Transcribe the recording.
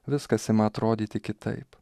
viskas ima atrodyti kitaip